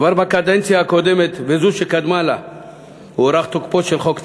כבר בקדנציה הקודמת וזו שקדמה לה הוארך תוקפו של חוק טל,